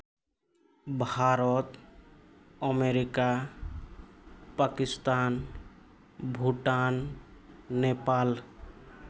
Bharat America Pakistan Bhutan Nepal